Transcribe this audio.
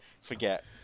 forget